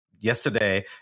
yesterday